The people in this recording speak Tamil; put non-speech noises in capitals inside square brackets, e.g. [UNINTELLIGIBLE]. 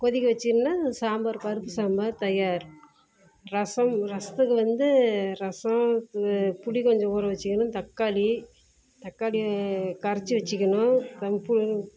கொதிக்க வைச்சிங்கன்னா சாம்பார் பருப்பு சாம்பார் தயார் ரசம் ரசத்துக்கு வந்து ரசம் புளி கொஞ்சம் ஊற வைச்சிக்கணும் தக்காளி தக்காளி கரைச்சி வைச்சிக்கணும் [UNINTELLIGIBLE]